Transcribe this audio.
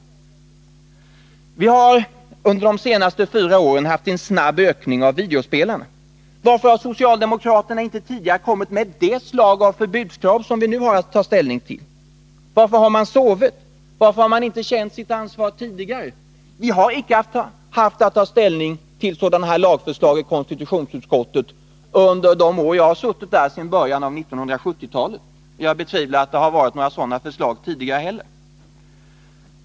35 Vi har under de senaste fyra åren haft en snabb ökning av videospelarna. Varför har socialdemokraterna inte tidigare kommit med det slag av förbudskrav som vi nu har att ta ställning till? Varför har man sovit? Varför har man inte känt sitt ansvar tidigare? Vi har icke haft att ta ställning till sådana här lagförslag i konstitutionsutskottet under de år jag har suttit där sedan början av 1970-talet. Jag betvivlar att det varit några sådana förslag tidigare heller.